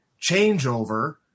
changeover